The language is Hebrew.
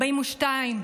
42,